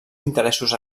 interessos